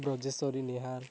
Rajeshwari Nihar